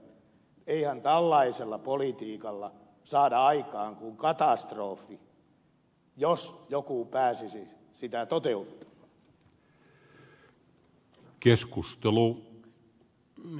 eihän tällaisella politiikalla saada aikaan kuin katastrofi jos joku pääsisi sitä toteuttamaan